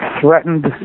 threatened